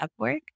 Upwork